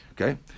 Okay